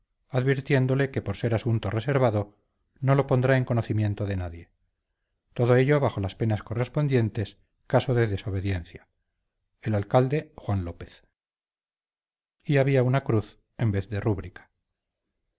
advirtiéndole que por ser asunto reservado no lo pondrá en conocimiento de nadie todo ello bajo las penas correspondientes caso de desobediencia el alcalde juan lópez y había una cruz en vez de rúbrica